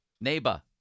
Neighbor